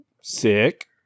sick